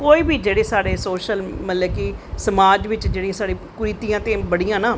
कोई बी साढ़े सोशल मतलव कि समाज़ बिच्च साढ़ी कुरितियां ते बड़ियां न ना